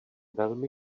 velmi